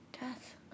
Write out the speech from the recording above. death